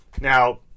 Now